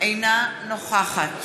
אינה נוכחת